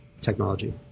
technology